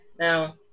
Now